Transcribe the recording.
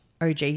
OG